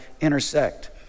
intersect